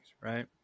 right